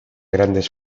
grandes